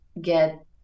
get